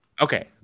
Okay